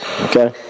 Okay